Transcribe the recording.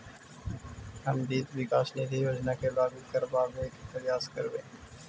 हम वित्त विकास निधि योजना के लागू करबाबे के प्रयास करबई